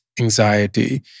anxiety